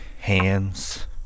hands